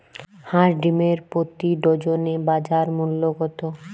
হাঁস ডিমের প্রতি ডজনে বাজার মূল্য কত?